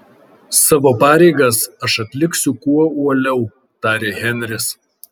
savo pareigas aš atliksiu kuo uoliau tarė henris